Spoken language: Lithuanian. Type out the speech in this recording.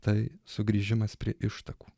tai sugrįžimas prie ištakų